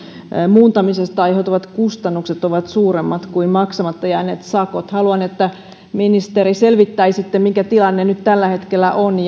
muuntamisesta aiheutuvat kustannukset ovat suuremmat kuin maksamatta jääneet sakot haluan ministeri että selvittäisitte mikä tilanne nyt tällä hetkellä on